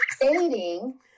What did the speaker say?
dating